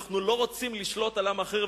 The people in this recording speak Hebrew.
אנחנו לא רוצים לשלוט על עם אחר,